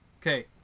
Okay